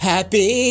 Happy